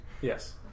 yes